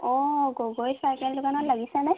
অ' Gogoi cycle দোকানত লাগিছেনে